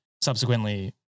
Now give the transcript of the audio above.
subsequently